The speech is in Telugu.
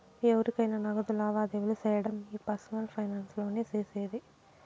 ఎవురికైనా నగదు లావాదేవీలు సేయడం ఈ పర్సనల్ ఫైనాన్స్ లోనే సేసేది